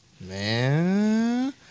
man